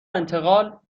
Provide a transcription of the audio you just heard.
انتقال